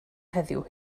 heddiw